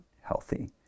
healthy